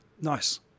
Nice